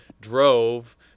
drove